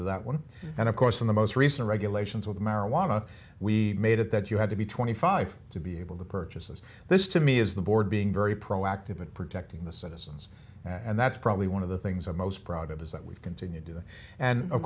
of that one and of course in the most recent regulations with marijuana we made it that you had to be twenty five to be able to purchase is this to me is the board being very proactive in protecting the citizens and that's probably one of the things i'm most proud of is that we've continued and of